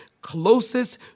closest